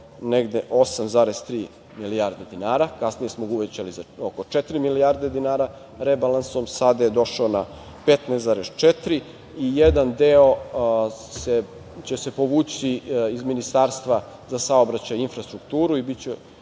negde 8,3 milijarde dinara. Kasnije smo ga uvećali oko četiri milijarde dinara rebalansom. Sada je došao na 15,4 i jedan deo će se povući iz Ministarstva za saobraćaj i infrastrukturu i biće